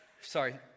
sorry